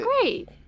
great